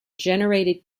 generated